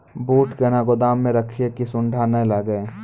बूट कहना गोदाम मे रखिए की सुंडा नए लागे?